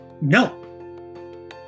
no